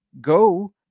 go